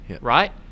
right